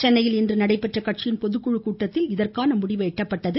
சென்னையில் இன்று நடைபெற்ற கட்சியின் பொதுக்குழு கூட்டத்தில் இதற்கான முடிவு எட்டப்பட்டது